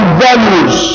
values